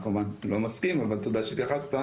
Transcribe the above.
אני כמובן לא מסכים אבל תודה שהתייחסת.